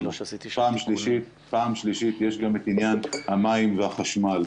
פעם שלישית, יש גם את עניין המים והחשמל.